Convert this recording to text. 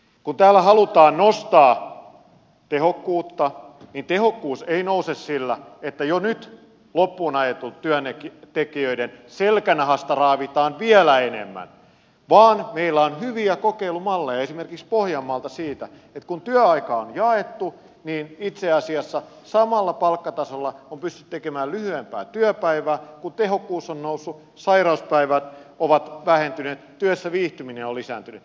kun täällä halutaan nostaa tehokkuutta niin tehokkuus ei nouse sillä että jo nyt loppuun ajettujen työntekijöiden selkänahasta raavitaan vielä enemmän vaan meillä on hyviä kokeilumalleja esimerkiksi pohjanmaalta siitä että kun työaikaa on jaettu niin itse asiassa samalla palkkatasolla on pystytty tekemään lyhyempää työpäivää kun tehokkuus on noussut sairauspäivät ovat vähentyneet työssä viihtyminen on lisääntynyt